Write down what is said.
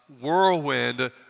whirlwind